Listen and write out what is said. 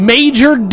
Major